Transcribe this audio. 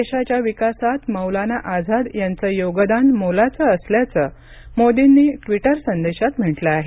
देशाच्या विकासात मौलाना आझाद यांचं योगदान मोलाचं असल्याचं मोदींनी ट्विटर संदेशात म्हटलं आहे